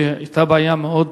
היתה בעיה מאוד